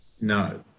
No